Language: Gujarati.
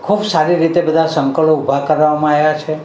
ખૂબ સારી રીતે બધા સંકુલો ઊભા કરવામાં આવ્યા છે